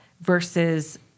versus